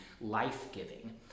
life-giving